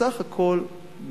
בסך הכול,